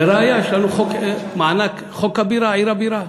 לראיה, יש לנו חוק הבירה, עיר הבירה,